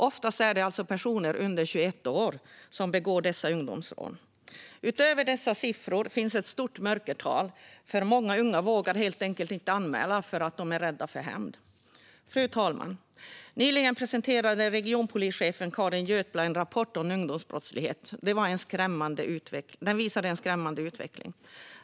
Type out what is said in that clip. Ofta är det personer under 21 år som begår dessa ungdomsrån. Utöver dessa siffror finns ett stort mörkertal. Många unga vågar helt enkelt inte anmäla eftersom de är rädda för hämnd. Fru talman! Nyligen presenterade regionpolischefen Carin Götblad en rapport om ungdomsbrottslighet. Den visar en skrämmande utveckling.